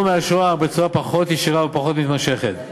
מהשואה בצורה פחות ישירה ופחות מתמשכת.